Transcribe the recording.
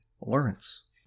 LAWRENCE